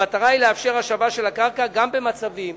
המטרה היא לאפשר השבה של הקרקע גם במצבים